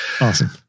Awesome